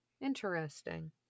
Interesting